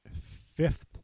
fifth